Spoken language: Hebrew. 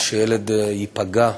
שילד ייפגע